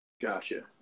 Gotcha